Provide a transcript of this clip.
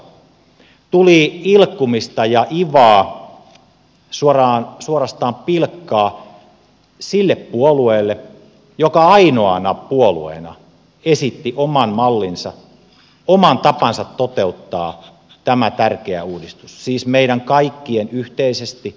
päinvastoin tuli ilkkumista ja ivaa suorastaan pilkkaa sille puolueelle joka ainoana puolueena esitti oman mallinsa oman tapansa toteuttaa tämä tärkeä uudistus siis meidän kaikkien yhteisesti tavoittelema uudistus